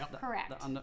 Correct